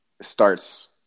starts